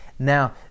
Now